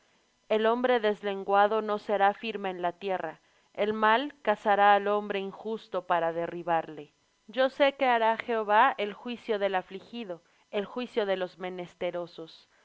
el hombre deslenguado no será firme en la tierra el mal cazará al hombre injusto para derribarle yo sé que hará jehová el juicio del afligido el juicio de los menesterosos ciertamente los